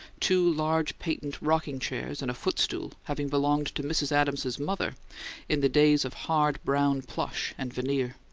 two large patent rocking-chairs and a footstool having belonged to mrs. adams's mother in the days of hard brown plush and veneer.